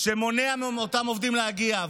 שמונע מאותם עובדים להגיע.